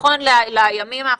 נכון לימים האחרונים,